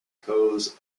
cowes